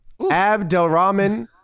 Abdelrahman